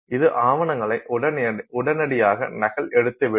இது ஆவணங்களை உடனடியாக நகல் எடுத்துவிடும்